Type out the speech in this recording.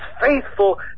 faithful